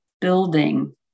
building